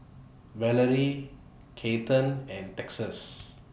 Valerie Kathern and Texas